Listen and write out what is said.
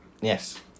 Yes